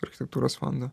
architektūros fondo